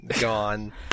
gone